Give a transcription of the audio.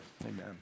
Amen